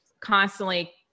constantly